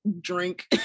drink